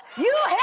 you